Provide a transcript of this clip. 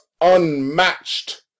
unmatched